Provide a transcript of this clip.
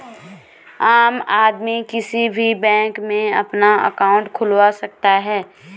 आम आदमी किसी भी बैंक में अपना अंकाउट खुलवा सकता है